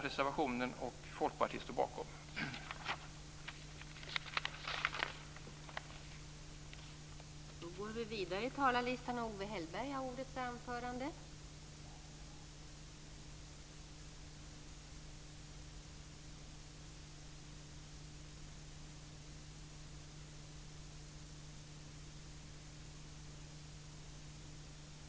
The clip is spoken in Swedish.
Reservationen är bra, och Folkpartiet står bakom den.